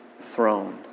throne